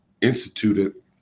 instituted